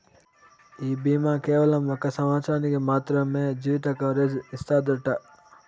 ఈ బీమా కేవలం ఒక సంవత్సరానికి మాత్రమే జీవిత కవరేజ్ ఇస్తాదట